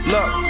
Look